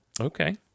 Okay